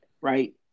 right